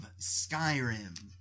Skyrim